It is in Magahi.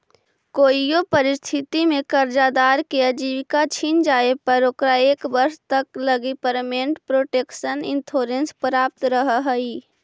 कोइयो परिस्थिति में कर्जदार के आजीविका छिन जाए पर ओकरा एक वर्ष तक लगी पेमेंट प्रोटक्शन इंश्योरेंस प्राप्त रहऽ हइ